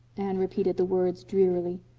anne repeated the words drearily.